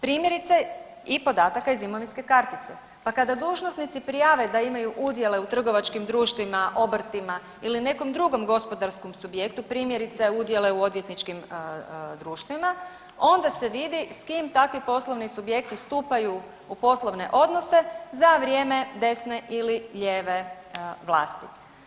Primjerice i podataka iz imovinske kartice pa kada dužnosnici prijave da imaju udjele u trgovačkim društvima, obrtima ili nekom drugom gospodarskom subjektu, primjerice udjele u odvjetničkim društvima onda se vidi s kim takvi poslovni subjekti stupaju u poslovne odnose za vrijeme desne ili lijeve vlasti.